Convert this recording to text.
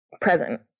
present